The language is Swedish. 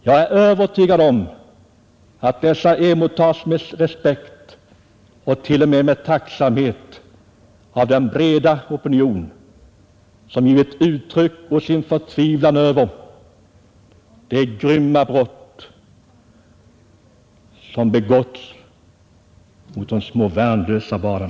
Jag är övertygad om att dessa emottas med respekt och t.o.m. tacksamhet av den breda opinion som givit uttryck åt sin förtvivlan över de grymma brott som begåtts mot små värnlösa barn.